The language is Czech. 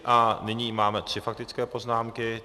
A nyní máme tři faktické poznámky.